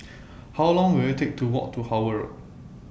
How Long Will IT Take to Walk to Howard Road